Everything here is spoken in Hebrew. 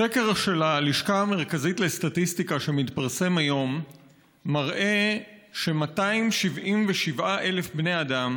סקר של הלשכה המרכזית לסטטיסטיקה שמתפרסם היום מראה ש-277,000 בני אדם